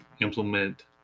implement